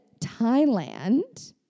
Thailand